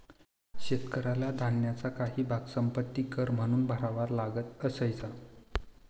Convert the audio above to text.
शेतकऱ्याला धान्याचा काही भाग संपत्ति कर म्हणून भरावा लागत असायचा